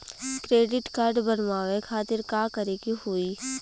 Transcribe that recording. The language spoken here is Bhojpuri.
क्रेडिट कार्ड बनवावे खातिर का करे के होई?